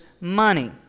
money